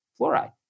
fluoride